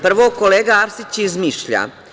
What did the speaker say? Prvo, kolega Arsić izmišlja.